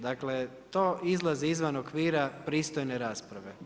Dakle, to izlazi iz okvira pristojne rasprave.